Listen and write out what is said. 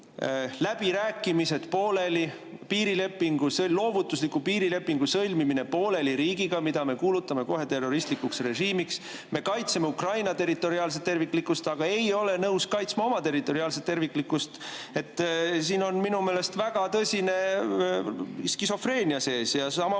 läbirääkimised pooleli. Meil on loovutusliku piirilepingu sõlmimine pooleli riigiga, mille me kuulutame kohe terroristlikuks režiimiks. Me kaitseme Ukraina territoriaalset terviklikkust, aga ei ole nõus kaitsma oma territoriaalset terviklikkust. Siin on minu meelest väga tõsine skisofreenia sees. Samamoodi